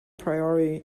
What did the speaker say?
priori